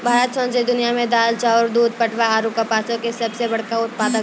भारत सौंसे दुनिया मे दाल, चाउर, दूध, पटवा आरु कपासो के सभ से बड़का उत्पादक छै